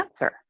answer